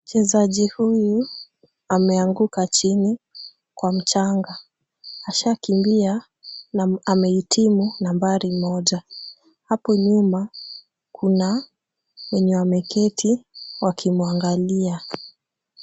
Mchezaji huyu ameanguka chini kwa mchanga. Ashakimbia na amehitimu nambari moja. Hapo nyuma kuna wenye wameketi wakimwangalia.